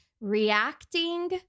reacting